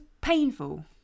painful